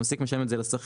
המעסיק משלם את זה לשכיר.